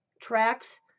tracks